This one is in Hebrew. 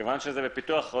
כיוון שזה בפיתוח,